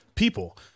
people